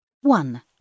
One